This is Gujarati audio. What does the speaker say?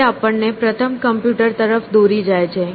તે આપણને પ્રથમ કમ્પ્યુટર તરફ દોરી જાય છે